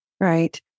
Right